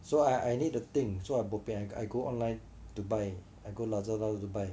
so I I need to think so I bo pian I go online to buy I go Lazada to buy